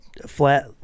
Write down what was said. flat